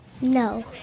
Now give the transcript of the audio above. No